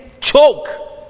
choke